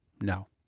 No